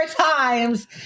times